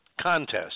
Contest